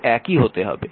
এটি একই হতে হবে